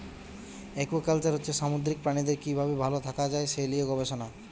aquaculture হচ্ছে সামুদ্রিক প্রাণীদের কি ভাবে ভাল থাকা যায় সে লিয়ে গবেষণা